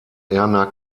erna